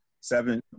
seven